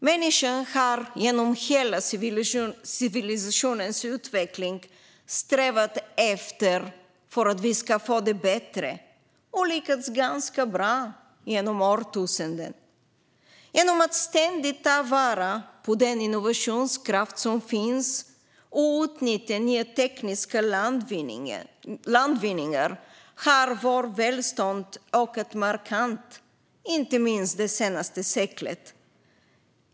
Människan har genom hela civilisationens utveckling strävat efter att få det bättre, och man har lyckats ganska bra genom årtusendena. Genom att ständigt ta vara på den innovationskraft som finns och utnyttja nya tekniska landvinningar har vårt välstånd ökat markant, inte minst det senaste seklet.